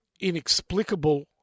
inexplicable